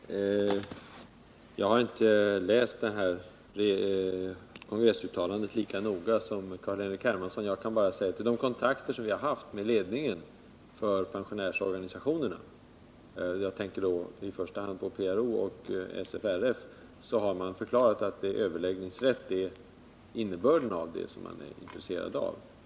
Herr talman! Jag har inte läst det här kongressuttalandet lika noga som Carl-Henrik Hermansson. Jag kan bara säga att vid de kontakter som vi har haft med ledningen för pensionärsor2anisationerna — jag tänker då i första hand på PRO och SFRF — har man förklarat att det är överläggningsrätten som man är intresserad av.